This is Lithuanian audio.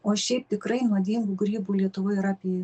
o šiaip tikrai nuodingų grybų lietuvoj yra apie